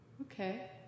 Okay